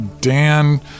Dan